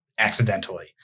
Accidentally